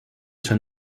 son